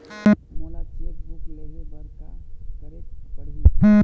मोला cheque book लेहे बर का केरेक पढ़ही?